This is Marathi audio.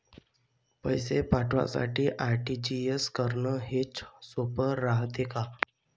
पैसे पाठवासाठी आर.टी.जी.एस करन हेच सोप रायते का?